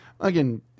Again